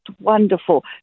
wonderful